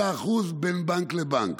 השר, ומתוכם 5% בין בנק לבנק.